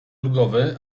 ulgowy